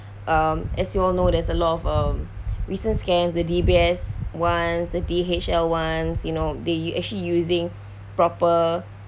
um as you all know there's a lot of um recent scam the D_B_S [one] the D_H_L [one] you know they actually using proper